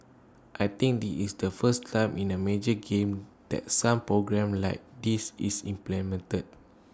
I think this is the first time in A major game that some programme like this is implemented